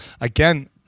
again